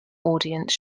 audience